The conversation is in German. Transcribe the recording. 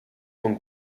von